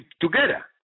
together